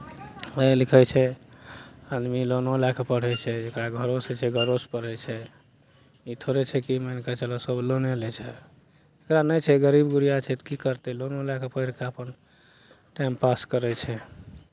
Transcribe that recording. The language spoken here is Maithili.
पढ़ै लिखै छै आदमी लोनो लए कऽ पढ़ै छै जकरा घरोसँ छै घरोसँ पढ़ै छै ई थोड़े छै कि मानि कऽ चलू सभ लोने लै छै जकरा नहि छै गरीब गुरिआ छै तऽ की करतै लोनो लए कऽ पढ़ि कऽ अपन टाइम पास करै छै